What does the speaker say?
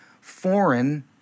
foreign